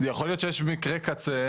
יכול להיות שיש מקרה קצה,